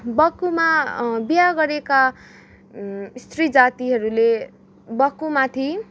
बक्खुमा बिहे गरेका सत्री जातिहरूले बक्खुमाथी